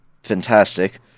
fantastic